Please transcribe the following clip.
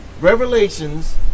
Revelations